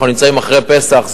אנחנו נמצאים אחרי פסח,